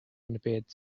embed